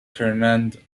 ferdinand